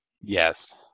Yes